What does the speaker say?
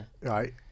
right